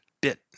bit